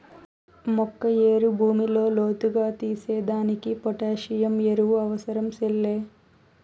మొక్క ఏరు భూమిలో లోతుగా తీసేదానికి పొటాసియం ఎరువు అవసరం సెల్లే